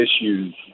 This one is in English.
issues